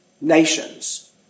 nations